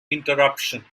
interruption